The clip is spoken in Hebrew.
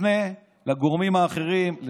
תפנה לגורמים האחרים,